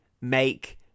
make